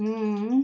ମୁଁ